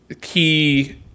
key